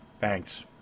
Thanks